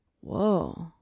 whoa